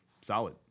Solid